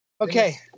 Okay